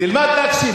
תלמד להקשיב.